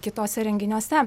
kituose renginiuose